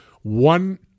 one